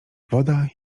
woda